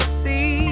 see